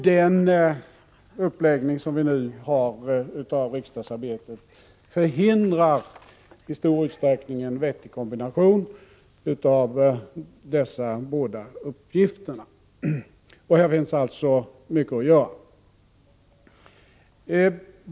Den uppläggning som vi nu har av riksdagsarbetet förhindrar i stor utsträckning en vettig kombination av dessa båda uppgifter. I fråga om detta finns det alltså mycket att göra.